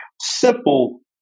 simple